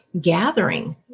gathering